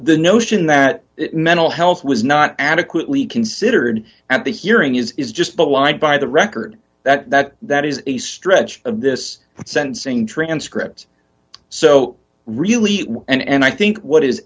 the notion that mental health was not adequately considered at the hearing is is just blind by the record that that is a stretch of this sentencing transcripts so really and i think what is